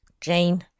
Jane